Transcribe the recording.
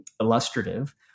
illustrative